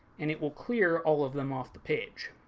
and it will clear all of them off the page.